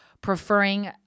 preferring